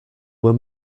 were